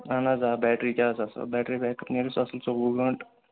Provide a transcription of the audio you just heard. اہن حظ آ بیٹرٛی تہِ حظ اَصٕل بیٹرٛی بیکپ نیروُس اَصٕل ژوٚوُہ گٲنٛٹہٕ